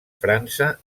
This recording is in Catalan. frança